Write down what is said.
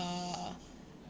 uh